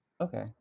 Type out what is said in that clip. Okay